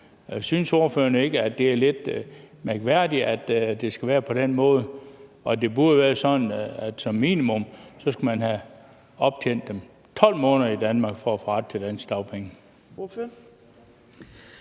Synes ordføreren ikke, at det er lidt mærkværdigt, at det skal være på den måde? Det burde jo være sådan, at man som minimum skulle have optjent 12 måneder i Danmark for at få ret til danske dagpenge.